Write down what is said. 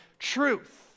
Truth